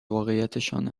واقعیتشان